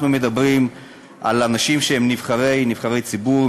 אנחנו מדברים על אנשים שהם נבחרי ציבור,